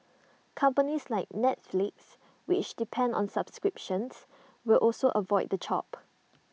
companies like Netflix which depend on subscriptions will also avoid the chop